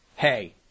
hey